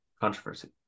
controversy